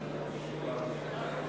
התקבלה.